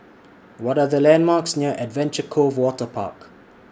What Are The landmarks near Adventure Cove Waterpark